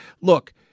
look